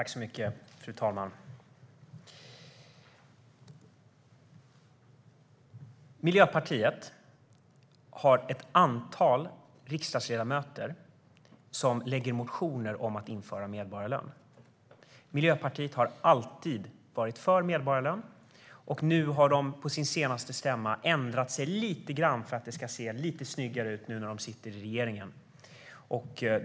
Fru talman! Miljöpartiet har ett antal riksdagsledamöter som motionerar om att införa medborgarlön. Miljöpartiet har alltid varit för medborgarlön. På sin senaste stämma har de ändrat sig lite grann, för att det ska se lite snyggare ut nu när de sitter i regeringen.